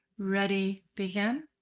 ready, begin.